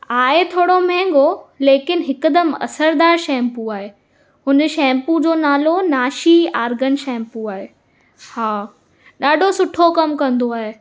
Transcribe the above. आहे थोरो महांगो लकिन हिकदमि असरुदारु शैंपू आहे उन शैम्पू जो नालो नाशी आर्गन शैम्पू आहे हा ॾाढो सुठो कमु कंदो आहे